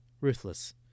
Ruthless